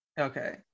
Okay